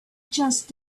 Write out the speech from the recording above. just